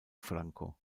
franco